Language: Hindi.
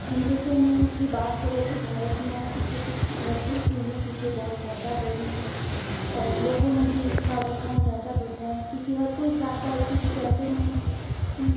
एंटरटेनमेंट की बात करें तो भारत में पिछले कुछ वर्षों से यह चीज़ें बहुत ज़्यादा बढ़ी हैं और लोगों में भी इसका रुझान ज़्यादा बढ़ रहा है क्योंकि हर कोई चाहता है कि कुछ इंटरमेंट की